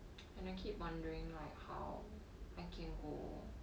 you know keep wondering like how I can go